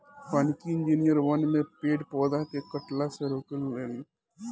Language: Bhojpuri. वानिकी इंजिनियर वन में पेड़ पौधा के कटला से रोके लन